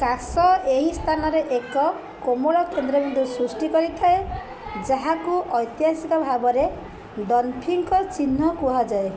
କାଶ ଏହି ସ୍ଥାନରେ ଏକ କୋମଳ କେନ୍ଦ୍ର ବିନ୍ଦୁ ସୃଷ୍ଟି କରିଥାଏ ଯାହାକୁ ଐତିହାସିକ ଭାବରେ ଡନ୍ଫିଙ୍କ ଚିହ୍ନ କୁହାଯାଏ